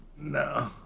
No